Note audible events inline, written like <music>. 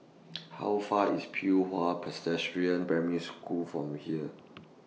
How Far IS Pei Hwa <unintelligible> Primary School from here